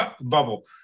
Bubble